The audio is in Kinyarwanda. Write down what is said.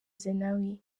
zenawi